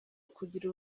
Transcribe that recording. ukugira